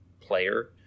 player